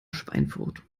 schweinfurt